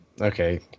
okay